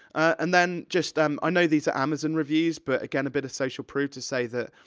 and then, just, um i know these are amazon reviews, but, again, a bit of social proof to say that,